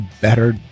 better